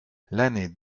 l’année